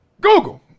Google